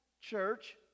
church